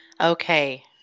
Okay